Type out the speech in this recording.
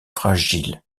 fragile